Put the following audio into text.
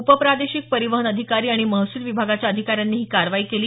उपप्रादेशिक परिवहन अधिकारी आणि महसूल विभागाच्या अधिकाऱ्यांनी ही कारवाई केली